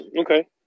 Okay